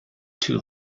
too